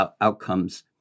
outcomes